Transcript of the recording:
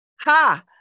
ha